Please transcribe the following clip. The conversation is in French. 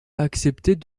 acceptait